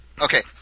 Okay